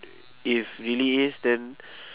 if really is then